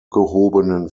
gehobenen